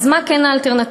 אז מה כן האלטרנטיבה?